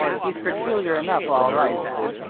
he's peculiar enough all right then,